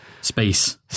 Space